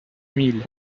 vingts